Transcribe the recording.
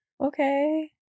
Okay